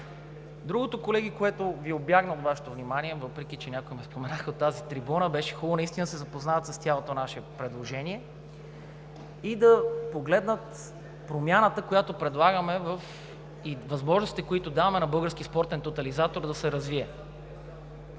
Другото, колеги, което убягва от Вашето внимание, въпреки че някои ме споменаха от тази трибуна, беше хубаво наистина да се запознаят с цялото наше предложение и да погледнат промяната, която предлагаме, и възможностите, които даваме на Българския спортен тотализатор да се развие.